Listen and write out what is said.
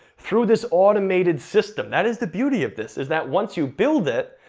through this automated system, that is the beauty of this, is that once you build it,